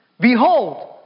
behold